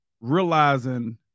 realizing –